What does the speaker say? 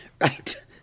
Right